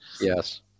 Yes